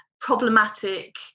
problematic